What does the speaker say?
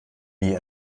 nie